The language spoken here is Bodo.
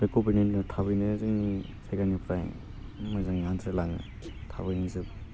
बे कभिड नाइन्टिना थाबैनो जोंनि जायगानिफ्राय मोजाङै आनज्राय लाङो थाबैनो जोबो